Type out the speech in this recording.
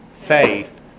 faith